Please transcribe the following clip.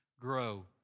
grow